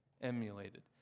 emulated